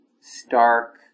stark